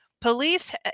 Police